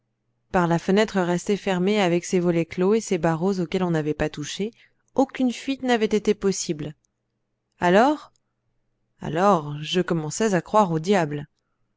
par la fenêtre restée fermée avec ses volets clos et ses barreaux auxquels on n'avait pas touché aucune fuite n'avait été possible alors alors je commençais à croire au diable